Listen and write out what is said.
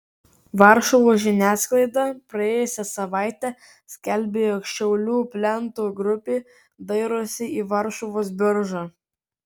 varšuvos žiniasklaida praėjusią savaitę skelbė jog šiaulių plento grupė dairosi į varšuvos biržą